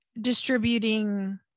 distributing